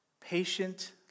patient